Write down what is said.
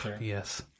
Yes